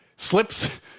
Slips